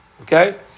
Okay